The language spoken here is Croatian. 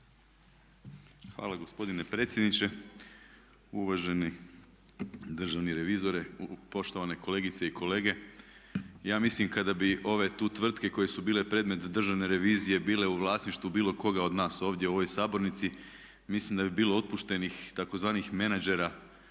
hvala gospodine predsjedniče, uvaženi državni revizore, poštovane kolegice i kolege. Ja mislim kada bi ove tu tvrtke koje su bile predmet Državne revizije bile u vlasništvu bilo koga od nas ovdje u ovoj sabornici mislim da bi bilo otpuštenih tzv. menadžera